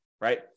right